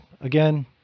again